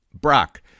Brock